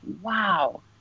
wow